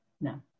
no